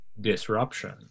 disruption